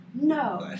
No